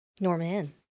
Norman